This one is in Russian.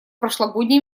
прошлогодней